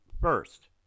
first